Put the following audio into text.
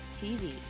TV